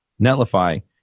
Netlify